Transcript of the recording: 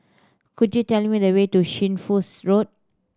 could you tell me the way to Shunfu's Road